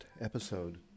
episode